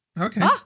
Okay